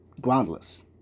groundless